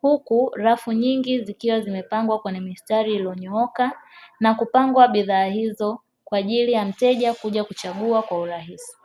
huku rafu nyingi zikiwa zimepangwa kwenye mistari iliyo nyooka na kupangwa bidhaa hizo kwaajili ya mteja kuja kuchagua kwa urahisi.